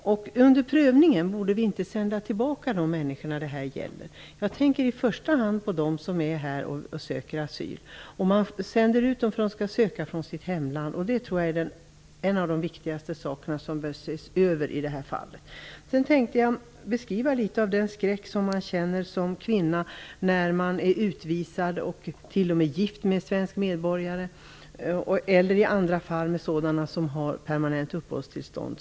Under prövningen borde vi inte sända tillbaka de människor det här gäller. Jag tänker i första hand på dem som är här och söker asyl. Man sänder ut dem för att de skall söka från sitt hemland. Det tror jag är en av de viktigaste sakerna som bör ses över i det här fallet. Jag tänkte beskriva litet av den skräck som man känner som kvinna när man är utvisad och skall föda ett barn. Man kan till och med vara gift med en svensk medborgare eller med någon som har permanent uppehållstillstånd.